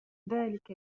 ذلك